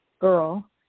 girl